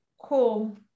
cool